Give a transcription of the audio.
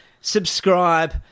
subscribe